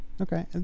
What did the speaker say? Okay